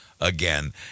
again